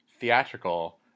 theatrical